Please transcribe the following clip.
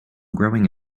growing